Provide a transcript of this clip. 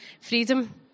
freedom